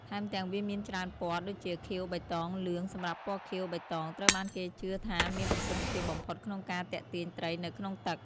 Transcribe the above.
ថែមទាំងវាមានច្រើនពណ៌ដូចជា ខៀវ បៃតង លឿង សម្រាប់ពណ៌ខៀវ-បៃតង ត្រូវបានគេជឿថាមានប្រសិទ្ធភាពបំផុតក្នុងការទាក់ទាញត្រីនៅក្នុងទឹក។